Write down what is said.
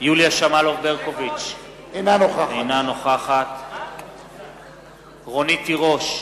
יוליה שמאלוב-ברקוביץ, אינה נוכחת רונית תירוש,